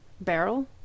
barrel